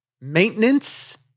Maintenance